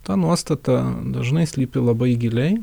ta nuostata dažnai slypi labai giliai